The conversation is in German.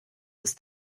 ist